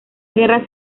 guerra